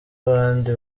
abandi